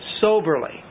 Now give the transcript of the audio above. soberly